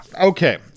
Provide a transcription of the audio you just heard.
Okay